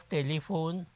Telephone